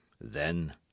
Then